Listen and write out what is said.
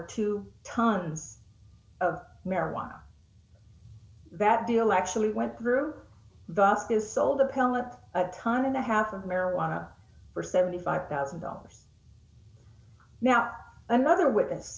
two tons of marijuana that deal actually went through the th sold appellant a ton and a half of marijuana for seventy five thousand dollars now another witness